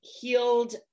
healed